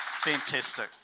fantastic